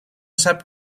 sap